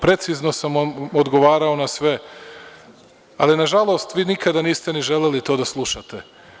Precizno sam vam odgovara na sve, ali nažalost vi nikada niste ni želeli to da slušate.